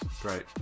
great